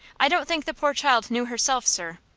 i don't think the poor child knew herself, sir.